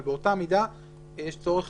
אבל באותה מידה יש צורך